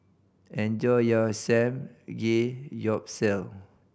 enjoy your Samgeyopsal